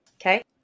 Okay